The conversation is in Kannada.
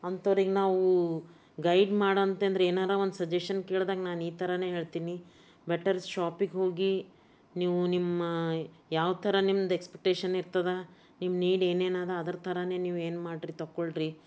ಅಂಥವ್ರಿಗೆ ನಾವೂ ಗೈಡ್ ಮಾಡು ಅಂತಂದ್ರೆ ಏನಾದ್ರೂ ಒಂದು ಸಜೇಷನ್ ಕೇಳ್ದಂಗೆ ನಾನು ಈ ಥರನೇ ಹೇಳ್ತೀನಿ ಬೆಟರ್ ಶಾಪಿಗೆ ಹೋಗಿ ನೀವು ನಿಮ್ಮ ಯಾವ ಥರ ನಿಮ್ದು ಎಕ್ಸ್ಪೆಕ್ಟೇಷನ್ ಇರ್ತದೆ ನೀವು ನೀಡ್ ಏನೇನು ಅದ ಅದರ ಥರನೇ ನೀವು ಏನು ಮಾಡಿರಿ ತಗೊಳ್ರೀ